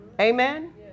Amen